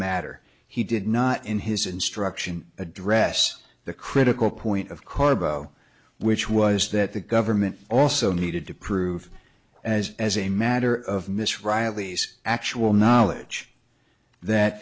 matter he did not in his instruction address the critical point of carbo which was that the government also needed to prove as as a matter of miss reilly's actual knowledge that